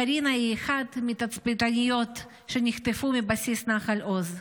קרינה היא אחת התצפיתניות שנחטפו מבסיס נחל עוז.